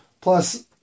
Plus